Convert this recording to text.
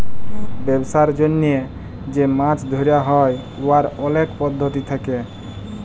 ব্যবসার জ্যনহে যে মাছ ধ্যরা হ্যয় উয়ার অলেক পদ্ধতি থ্যাকে